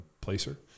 placer